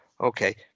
Okay